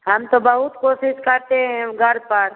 हम तो बहुत कोशिश करते हैं हम घर पर